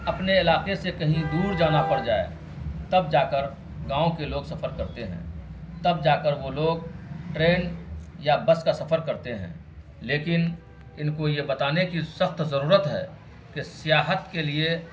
اپنے علاقے سے کہیں دور جانا پڑ جائے تب جا کر گاؤں کے لوگ سفر کرتے ہیں تب جا کر وہ لوگ ٹرین یا بس کا سفر کرتے ہیں لیکن ان کو یہ بتانے کی سخت ضرورت ہے کہ سیاحت کے لیے